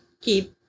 keep